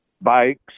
bikes